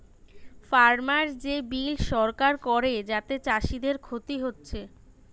farmer যে bill সরকার করে যাতে চাষীদের ক্ষতি হচ্ছে